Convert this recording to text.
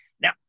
Now